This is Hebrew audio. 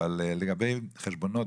אבל לגבי חשבונות,